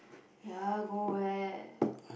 ya go where